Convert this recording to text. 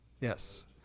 Yes